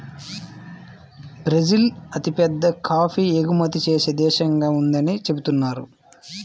Brazil అతిపెద్ద coffee ఎగుమతి చేసే దేశంగా ఉందని చెబుతున్నారు